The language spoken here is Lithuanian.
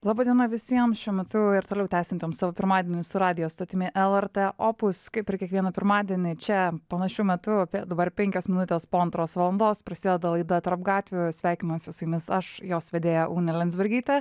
laba diena visiem šiuo metu ir toliau tęsiantiem savo pirmadienį su radijo stotimi lrt opus kaip ir kiekvieną pirmadienį čia panašiu metu apie dabar penkios minutės po antros valandos prasideda laida tarp gatvių sveikinuosi su jumis aš jos vedėja ugnė landsbergytė